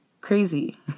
crazy